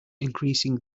increasing